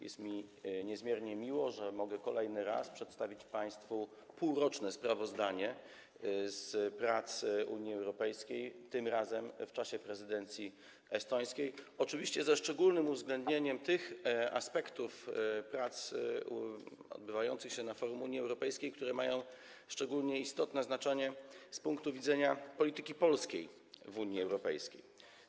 Jest mi niezmiernie miło, że kolejny raz mogę przedstawić państwu półroczne sprawozdanie z prac Unii Europejskiej, tym razem w czasie prezydencji estońskiej, oczywiście ze szczególnym uwzględnieniem tych aspektów prac odbywających się na forum Unii Europejskiej, które mają szczególnie istotne znaczenie z punktu widzenia polityki polskiej w Unii Europejskiej.